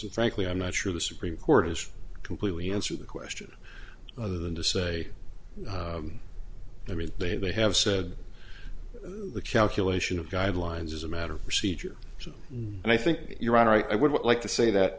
and frankly i'm not sure the supreme court is completely answer the question other than to say i mean they they have said the calculation of guidelines as a matter of procedure and i think you're right i would like to say that